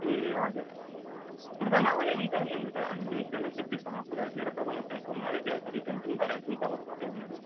ए हजुर हजुर सुर्ता नगरे हुन्छ यहाँनिर हामीले एकदमै सेफ्टीसँग पुऱ्याइदिएर तपाईँलाई त्यहाँ घुमाएर बेलुका रिटर्न पनि गराइदिन्छु तपाईँको होटेलमा नै